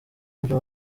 buryo